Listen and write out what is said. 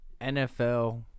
nfl